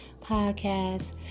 podcast